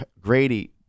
grady